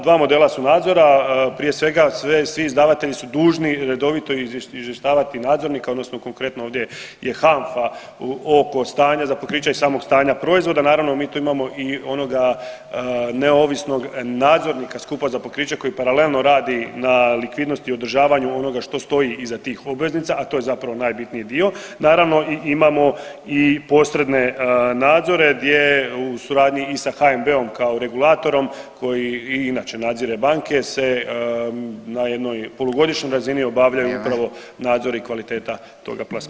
Dva modela su nadzora, prije svega svi izdavatelji su dužni redovito izvještavati nadzornika odnosno konkretno ovdje je HANF-a oko stanja za pokrića i samog stanja proizvoda, naravno mi tu imamo i onoga neovisnog nadzornika skupa za pokriće koji paralelno radi na likvidnosti i održavanju onoga što stoji iza tih obveznica, a to je zapravo najbitniji dio naravno i imamo posredne nadzore gdje u suradnji i sa HNB-om kao regulatorom koji i inače nadzire banke se na jednoj polugodišnjoj razini [[Upadica Radin: Vrijeme.]] obavljaju upravo nadzor i kvaliteta toga plasmana.